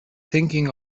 thinking